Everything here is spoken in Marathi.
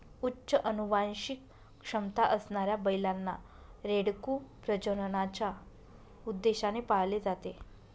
उच्च अनुवांशिक क्षमता असणाऱ्या बैलांना, रेडकू प्रजननाच्या उद्देशाने पाळले जाते